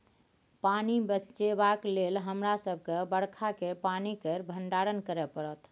पानि बचेबाक लेल हमरा सबके बरखा केर पानि केर भंडारण करय परत